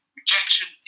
rejection